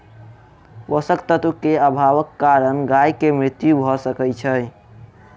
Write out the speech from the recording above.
पोषक तत्व के अभावक कारणेँ गाय के मृत्यु भअ सकै छै